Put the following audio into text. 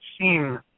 seen